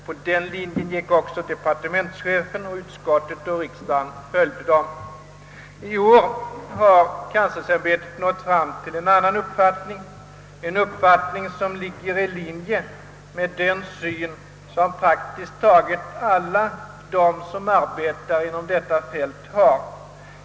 På denna linje gick också departementschefen, och utskottet och riksdagen anslöt sig till denna ståndpunkt. I år har kanslersämbetet emellertid ändrat sig och kommit fram till en uppfattning, som mera ligger i linje med den syn vilken praktiskt taget alla de som arbetar inom detta fält har.